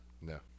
No